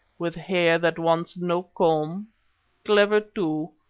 with hair that wants no comb clever, too,